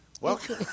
welcome